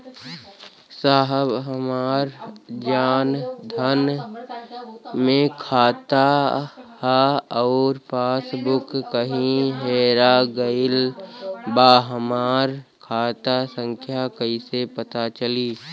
साहब हमार जन धन मे खाता ह अउर पास बुक कहीं हेरा गईल बा हमार खाता संख्या कईसे पता चली?